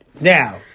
Now